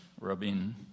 Rabin